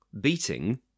beating